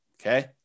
okay